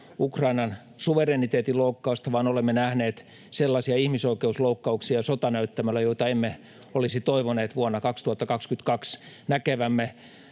Ukrainan suvereniteetin loukkausta, vaan olemme nähneet sotanäyttämöllä sellaisia ihmisoikeusloukkauksia, joita emme olisi toivoneet vuonna 2022 näkevämme.